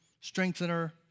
Strengthener